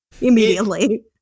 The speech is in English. Immediately